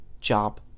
job